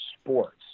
sports